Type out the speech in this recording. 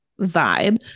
vibe